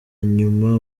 nyuma